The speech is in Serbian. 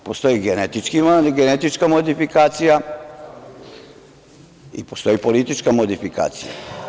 Postoji genetička modifikacija i postoji politička modifikacija.